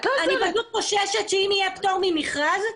אני חוששת שאם יהיה פטור ממכרז,